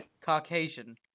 Caucasian